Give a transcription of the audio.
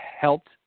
helped